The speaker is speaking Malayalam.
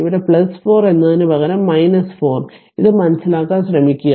ഇവിടെ 4 എന്നതിനുപകരം 4 ഇത് മനസിലാക്കാൻ ശ്രമിക്കുക